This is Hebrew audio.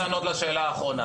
לשכלל